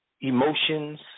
emotions